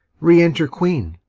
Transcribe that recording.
re-enter queen